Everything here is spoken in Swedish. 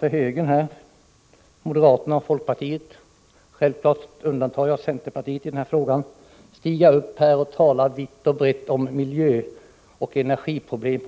Självfallet undantar jag centerpartiet i den här frågan. Moderaternas och folkpartiets representanter talar ju här vitt och brett om miljöoch energiproblem.